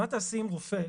מה תעשי עם רופא,